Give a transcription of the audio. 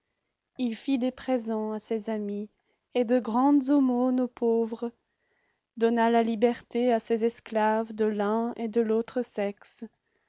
il fit des présents à ses amis et de grandes aumônes aux pauvres donna la liberté à ses esclaves de l'un et de l'autre sexe